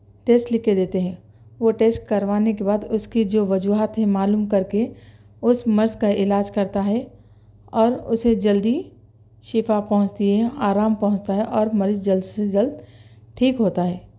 test لکھ کے دیتے ہیں وہ ٹیسٹ کروانے کے بعد اُس کی جو وجوہات ہے معلوم کر کے اُس مرض کا علاج کرتا ہے اور اُسے جلدی شفا پہنچتی ہے آرام پہنچتا ہے اور مریض جلد سے جلد ٹھیک ہوتا ہے